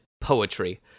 poetry